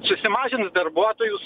susimažins darbuotojus